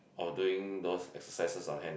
or doing those exercises on hand